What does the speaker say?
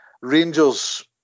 Rangers